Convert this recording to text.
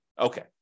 Okay